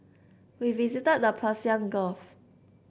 we visited the Persian Gulf